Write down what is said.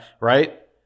right